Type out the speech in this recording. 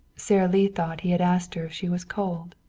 sara lee thought he had asked her if she was cold.